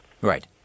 Right